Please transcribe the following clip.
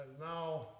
now